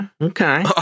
Okay